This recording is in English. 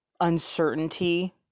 uncertainty